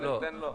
לא, לא.